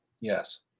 Yes